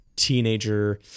teenager